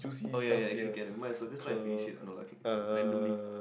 oh ya ya actually can might as well just try and finish it you know like randomly